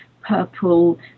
purple